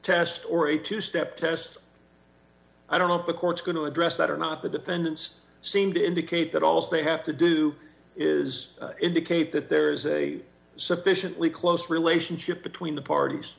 test or a two step test i don't know if the court's going to address that or not the defendants seem to indicate that all they have to do is indicate that there's a sufficiently close relationship between the parties